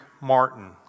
Martin